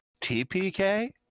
TPK